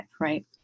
right